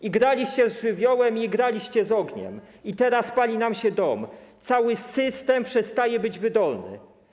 Igraliście z żywiołem, igraliście z ogniem i teraz pali nam się dom, cały system przestaje być wydolny.